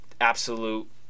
absolute